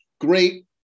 great